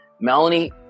Melanie